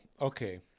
okay